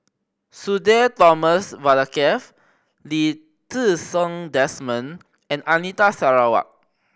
Sudhir Thomas Vadaketh Lee Ti Seng Desmond and Anita Sarawak